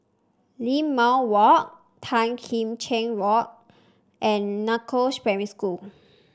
Limau Walk Tan Kim Cheng Road and Northoaks Primary School